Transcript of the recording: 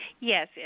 Yes